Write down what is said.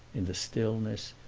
in the stillness,